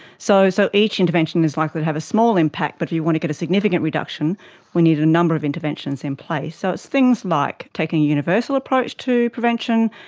so so each intervention is likely to have a small impact but if you want to get a significant reduction we need a number of interventions in place. so it's things like taking a universal approach to prevention,